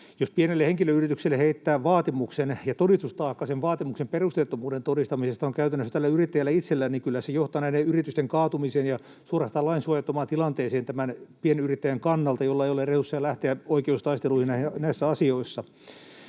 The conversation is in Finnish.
Jos pienelle henkilöyrityksille heittää vaatimuksen ja todistustaakka sen vaatimuksen perusteettomuuden todistamisesta on käytännössä tällä yrittäjällä itsellään, niin kyllä se johtaa näiden yritysten kaatumiseen ja suorastaan lainsuojattomaan tilanteeseen tämän pienyrittäjän kannalta, jolla ei ole resursseja lähteä oikeustaisteluihin näissä asioissa.